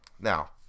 Now